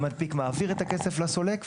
המנפיק מעביר את הכסף לסולק,